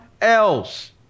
else